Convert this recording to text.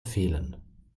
fehlen